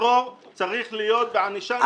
טרור צריך להיות בענישה נפרדת מפלילי.